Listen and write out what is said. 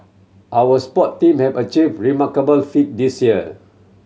our sport team have achieve remarkable feat this year